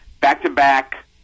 Back-to-back